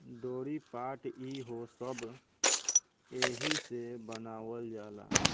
डोरी, पाट ई हो सब एहिसे बनावल जाला